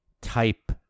type